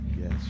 Yes